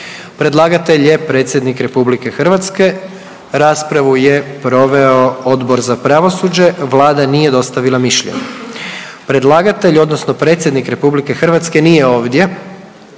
Predlagatelj je predsjednik Republike Hrvatske. Raspravu je proveo Odbor za pravosuđe, Vlada nije dostavila mišljenje. Predlagatelj odnosno predsjednik RH nije ovdje.